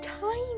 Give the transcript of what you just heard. tiny